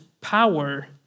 power